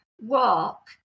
walk